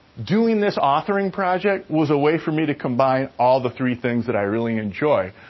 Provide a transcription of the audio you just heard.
doing this authoring project was a way for me to combine all the three things that i really enjoy.